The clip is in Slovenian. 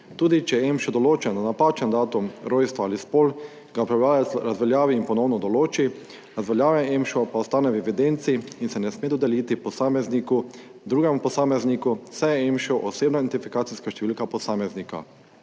Tudi če je EMŠO določen na napačen datum rojstva ali spol, ga upravljavec razveljavi in ponovno določi, razveljavljen EMŠO pa ostane v evidenci in se ne sme dodeliti drugemu posamezniku, saj je EMŠO osebna identifikacijska številka posameznika.